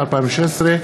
התשע"ו 2016,